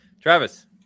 Travis